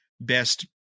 best